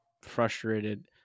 frustrated